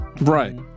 Right